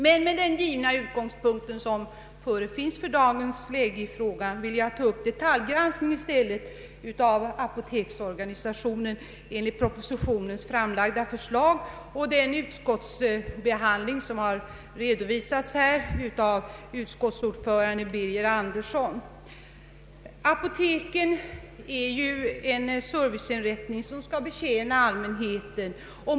Med den givna utgångspunkt som finns i dagens läge vill jag i stället ta upp detaljgranskning av apoteksorganisationen enligt propositionens framlagda förslag och den utskottsbehandling som har redovisats här av utskottsordföranden Birger Andersson. Apoteken är ju serviceinrättningar som skall betjäna allmänheten.